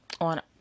on